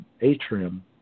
atrium